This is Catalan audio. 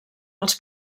els